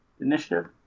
initiative